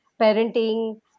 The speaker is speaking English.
parenting